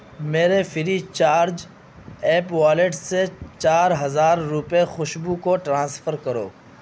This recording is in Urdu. میرے فری چارج ایپ والیٹ سے چار ہزار روپے خوشبو کو ٹرانسفر کرو